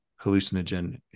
hallucinogen